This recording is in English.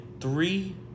three